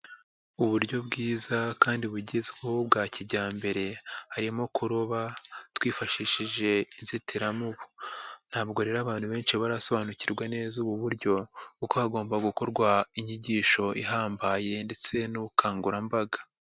Uburyo bwiza kandi bugezweho bwa kijyambere harimo kuroba twifashishije inzitiramubu. Ntabwo rero abantu benshi barasobanukirwa neza ubu buryo kuko hagomba gukorwa inyigisho ihambaye ndetse n'ubukangurambaga.